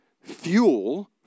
fuel